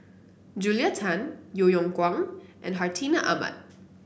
Julia Tan Yeo Yeow Kwang and Hartinah Ahmad